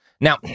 Now